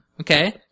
Okay